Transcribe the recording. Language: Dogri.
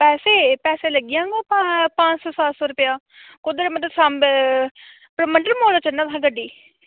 पैसे पैसे लग्गी जाङन पंज सौ सत्त सौ रपेआ कुद्धर मतलब सांबै परमंडल मोड़ दा चढ़ना तुसें गड्डी